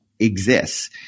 Exists